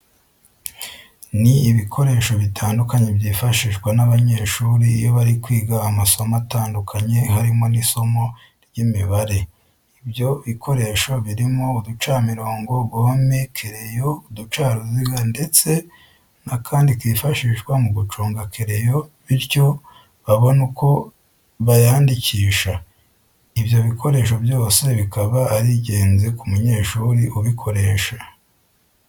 Ni ibikoresho bitandukanye byifashishwa n'abanyeshuri iyo bari kwiga amasomo atandukanye harimo n'isimo ry'Imibare. ibyo bikoresho birimo uducamirongo, gome, kereyo, uducaruziga ndetse n'akandi kifashishwa mu guconga kereyo bityo babone uko bayandikisha. Ibyo bikoresho byose bikaba ari ingenzi ku munyeshuri ubukoresha.